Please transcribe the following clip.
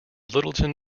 littleton